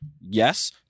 Yes